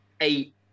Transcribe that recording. eight